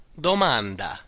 domanda